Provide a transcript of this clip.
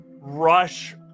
rush